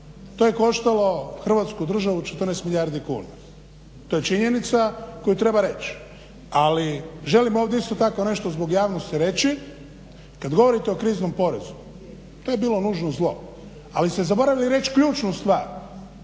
To je koštalo Hrvatsku državu 14 milijardi kuna, to je činjenica koju treba reći. Ali želim ovdje isto tako nešto zbog javnosti reći, kad govorite o kriznom porezu, to je bilo nužno zlo, ali ste zaboravili reći ključnu stvar